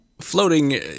Floating